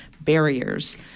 barriers